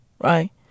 right